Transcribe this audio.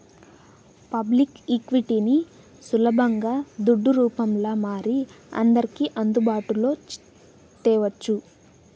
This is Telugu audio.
పబ్లిక్ ఈక్విటీని సులబంగా దుడ్డు రూపంల మారి అందర్కి అందుబాటులో తేవచ్చు